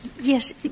Yes